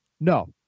no